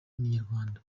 n’inyarwanda